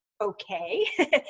Okay